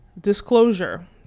Disclosure